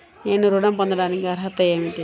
నేను ఋణం పొందటానికి అర్హత ఏమిటి?